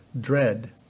dread